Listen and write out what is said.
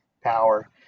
power